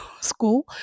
school